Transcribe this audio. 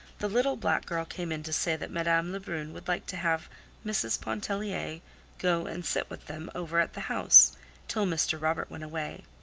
the little black girl came in to say that madame lebrun would like to have mrs. pontellier go and sit with them over at the house till mr. robert went away.